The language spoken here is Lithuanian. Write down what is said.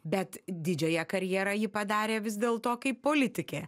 bet didžiąją karjerą ji padarė vis dėl to kaip politikė